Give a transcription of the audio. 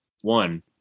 one